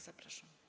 Zapraszam.